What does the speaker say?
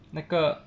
那个